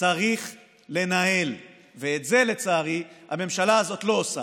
צריך לנהל, ואת זה, לצערי, הממשלה הזאת לא עושה.